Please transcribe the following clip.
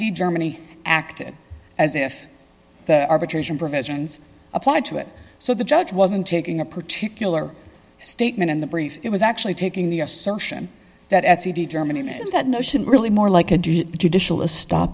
g germany acted as if the arbitration provisions applied to it so the judge wasn't taking a particular statement in the brief it was actually taking the assertion that as he determination that notion really more like a judicial a stop